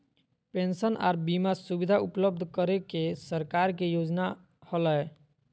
pension आर बीमा सुविधा उपलब्ध करे के सरकार के योजना हलय